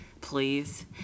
Please